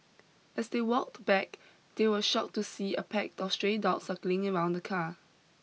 as they walked back they were shocked to see a pack of stray dogs circling around the car